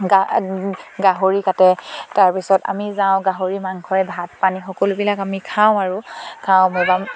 গা গাহৰি কাটে তাৰপিছত আমি যাওঁ গাহৰি মাংসৰে ভাত পানী সকলোবিলাক আমি খাওঁ আৰু খাওঁ